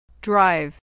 Drive